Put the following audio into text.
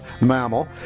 mammal